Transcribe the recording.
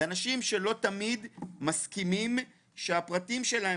אלו אנשים שלא תמיד מסכימים שהפרטים שלהם,